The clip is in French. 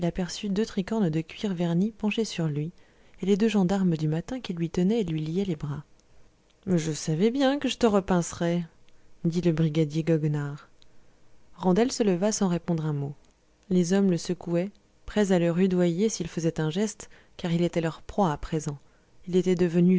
aperçut deux tricornes de cuir verni penchés sur lui et les deux gendarmes du matin qui lui tenaient et lui liaient les bras je savais bien que je te repincerais dit le brigadier goguenard randel se leva sans répondre un mot les hommes le secouaient prêts à le rudoyer s'il faisait un geste car il était leur proie à présent il était devenu